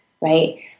right